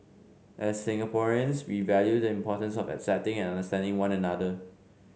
as Singaporeans we value the importance of accepting and understanding one another